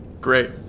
Great